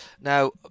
Now